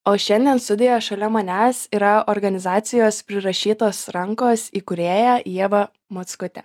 o šiandien studijoj šalia manęs yra organizacijos prirašytos rankos įkūrėja ieva mockutė